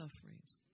sufferings